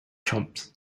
chumps